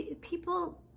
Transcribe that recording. people